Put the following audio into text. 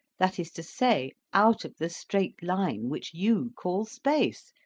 that is to say, out of the straight line which you call space,